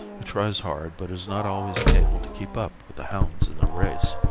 who tries hard but is not always able to keep up with the hounds in a race.